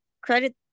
credit